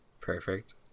Perfect